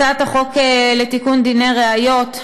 הצעת החוק לתיקון דיני ראיות,